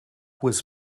was